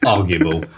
Arguable